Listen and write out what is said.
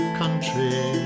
country